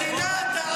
מדינת העם היהודי.